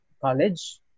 college